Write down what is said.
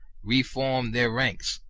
re-formed their ranks,